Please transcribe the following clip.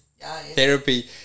therapy